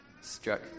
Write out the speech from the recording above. struck